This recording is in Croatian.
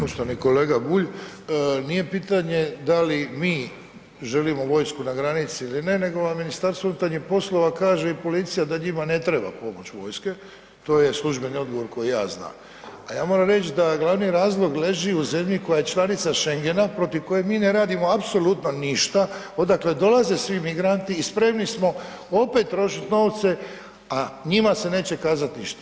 Poštovani kolega Bulj, nije pitanje da li mi želimo vojsku na granici ili ne nego vam MUP kaže i policija da njima ne treba pomoć vojske, to je službeni odgovor koji ja znam a ja moram reć da glavni razlog leži u zemlji koja je članica Schengena protiv kojeg mi ne radimo apsolutno ništa odakle dolaze vi migranti i spremni smo opet trošit novce a njima se neće kazati ništa.